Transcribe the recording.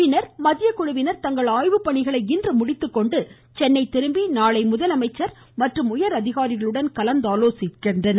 பின்னர் மத்திய குழுவினர் தங்கள் ஆய்வுப்பணிகளை இன்று முடித்துக்கொண்டு சென்னை திரும்பி நாளை முதலமைச்சா் மற்றும் உயரதிகாரிகளிடம் ஆலோசனை மேற்கொள்கின்றனர்